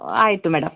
ಆಯಿತು ಮೇಡಮ್